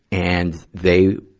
and they,